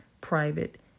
private